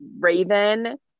Raven